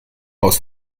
haus